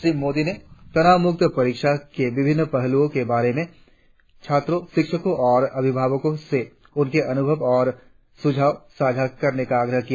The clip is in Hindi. श्री मोदी ने तनावमुक्त परीक्षा के विभिन्न पहलुओं के बारे में छात्रों शिक्षकों और अभिभावकों से उनके अनुभव और सुझाव साझा करने का आग्रह किया